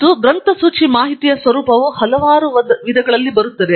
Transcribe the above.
ಮತ್ತು ಒಂದು ಗ್ರಂಥಸೂಚಿ ಮಾಹಿತಿಯ ಸ್ವರೂಪವು ಹಲವಾರು ವಿಧಾನಗಳಲ್ಲಿ ಬರುತ್ತದೆ